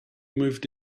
moved